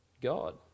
God